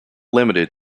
limited